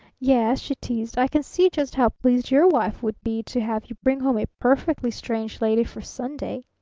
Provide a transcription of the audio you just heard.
yes, she teased, i can see just how pleased your wife would be to have you bring home a perfectly strange lady for sunday!